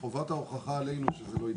חובת ההוכחה עלינו שזה לא יידרש.